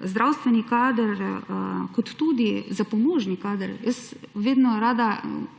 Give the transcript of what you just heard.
zdravstveni kader kot tudi za pomožni kader. Jaz vedno rada